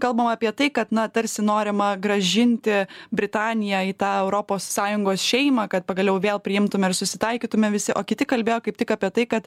kalbama apie tai kad na tarsi norima grąžinti britaniją į tą europos sąjungos šeimą kad pagaliau vėl priimtume ir susitaikytume visi o kiti kalbėjo kaip tik apie tai kad